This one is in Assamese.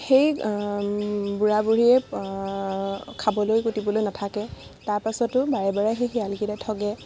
সেই বুঢ়া বুঢ়ীয়ে খাবলৈ একো দিবলৈ নাথাকে তাৰপাছতো বাৰে বাৰে সেই শিয়ালকেইটাই থগে